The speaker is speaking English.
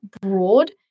broad